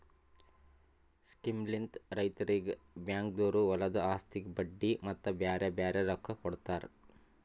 ಸ್ಕೀಮ್ಲಿಂತ್ ರೈತುರಿಗ್ ಬ್ಯಾಂಕ್ದೊರು ಹೊಲದು ಆಸ್ತಿಗ್ ಬಡ್ಡಿ ಮತ್ತ ಬ್ಯಾರೆ ಬ್ಯಾರೆ ರೊಕ್ಕಾ ಕೊಡ್ತಾರ್